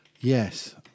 Yes